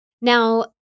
Now